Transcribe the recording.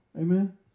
Amen